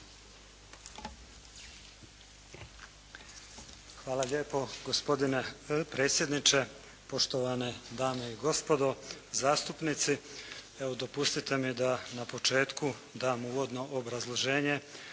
Hvala lijepo gospodine predsjedniče. Poštovane dame i gospodo zastupnici. Evo, dopustite mi da na početku dam uvodno obrazloženje